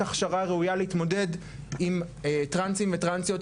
ההכשרה הראויה להתמודד עם טרנסים וטרנסיות,